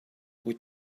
with